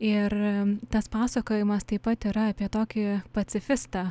ir tas pasakojimas taip pat yra apie tokį pacifistą